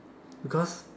because